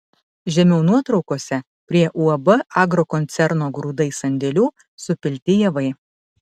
žemiau nuotraukose prie uab agrokoncerno grūdai sandėlių supilti javai